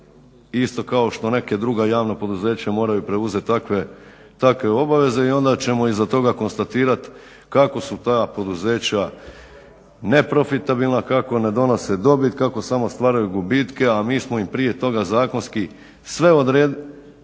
isto kao što neka druga javna poduzeća moraju preuzeti takve obaveze. I onda ćemo iza toga konstatirati kako su ta poduzeća neprofitabilna, kako ne donose dobit, kako samo stvaraju gubitke, a mi smo im prije toga zakonski sve